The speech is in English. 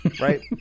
right